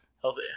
healthy